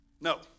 no